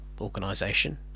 organization